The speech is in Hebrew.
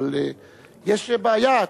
אבל יש בעיה,